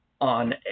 on